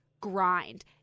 grind